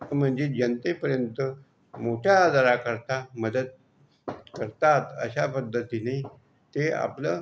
म्हणजे जनतेपर्यंत मोठ्या आजाराकरता मदत करतात अशा पद्धतीने ते आपलं